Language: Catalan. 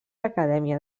acadèmia